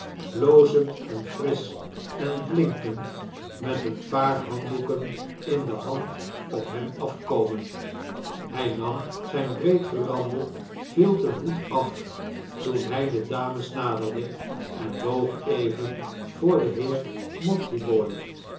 blozend en frisch en blinkend met een paar handdoeken in de hand op hen afkomen hij nam zjjn breedgeranden vilten hoed af toen hj de dames naderde en boog even voor den heer mortibooi